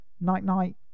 Night-night